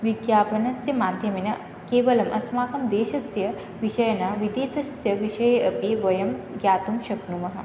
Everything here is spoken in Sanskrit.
विज्ञापनस्य माध्यमेन केवलम् अस्माकं देशस्य विषये न विदेशस्य विषये अपि वयं ज्ञातुं शक्नुमः